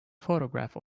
photograph